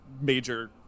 major